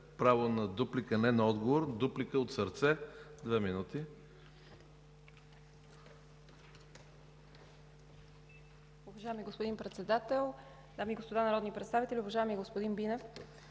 право на дуплика, не на отговор. Дуплика от сърце – две минути.